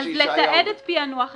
אז לתעד את פענוח הדסקות.